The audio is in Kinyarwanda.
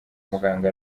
muganga